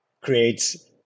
creates